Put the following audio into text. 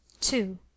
two